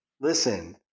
Listen